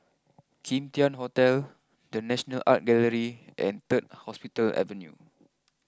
Kim Tian Hotel the National Art Gallery and third Hospital Avenue